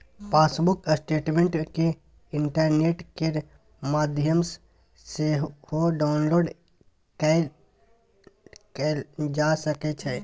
passbook statement केँ internet केर माध्यमसँ सेहो डाउनलोड कएल जा सकै छै